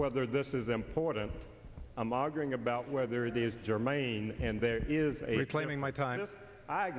whether this is important i'm arguing about whether the is germane and there is a reclaiming my time i